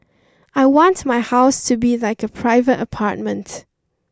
I want my house to be like a private apartment